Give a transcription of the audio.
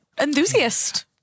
enthusiast